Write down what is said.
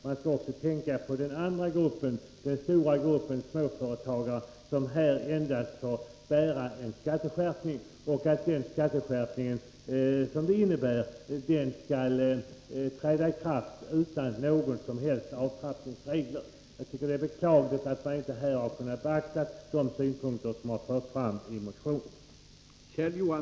Man skall i stället tänka på den stora gruppen av småföretagare som uteslutande kommer att drabbas av en skatteskärpning. Denna skatteskärpning skall dessutom träda i kraft utan några som helst avtrappningsregler. Det är beklagligt att man inte har kunnat beakta de synpunkter som har anförts i motionen.